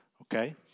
Okay